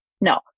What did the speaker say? no